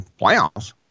Playoffs